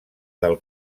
del